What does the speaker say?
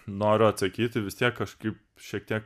noriu atsakyti vis tiek kažkaip šiek tiek